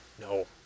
No